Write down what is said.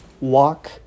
Walk